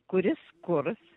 kuris kurs